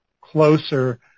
closer